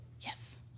yes